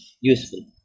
useful